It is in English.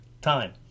time